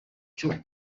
cyo